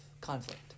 conflict